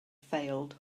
failed